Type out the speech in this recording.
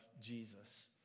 Jesus